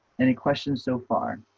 any questions so far?